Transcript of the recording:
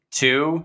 two